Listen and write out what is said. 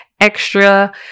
extra